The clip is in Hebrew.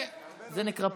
זה נקרא פוליטיקה.